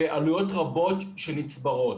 ועלויות רבות שנצברות.